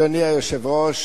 אדוני היושב-ראש,